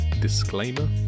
disclaimer